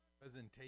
presentation